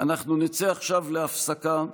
אנחנו נצא עכשיו להפסקה,